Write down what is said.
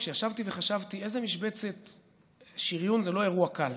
כשישבתי וחשבתי איזו משבצת שריון, זה לא אירוע קל,